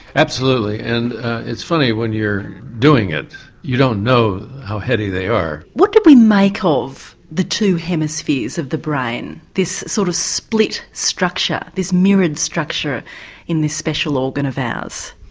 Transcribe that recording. absolutely, and it's funny, when you're doing it you don't know how heady they are. what do we make ah of the two hemispheres of the brain, this sort of split structure, this mirrored structure in this special organ of ours?